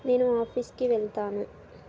నేను నా ఆఫీస్కి వెళ్తాను